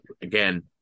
Again